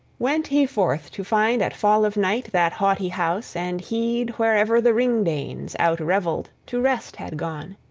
went he forth to find at fall of night that haughty house, and heed wherever the ring-danes, outrevelled, to rest had gone.